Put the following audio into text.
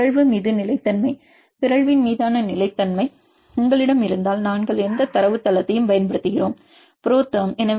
மாணவர் பிறழ்வு மீது நிலைத்தன்மை பிறழ்வின் மீதான நிலைத்தன்மை உங்களிடம் இருந்தால் நாங்கள் எந்த தரவுத்தளத்தைப் பயன்படுத்துகிறோம் - புரோதெர்ம்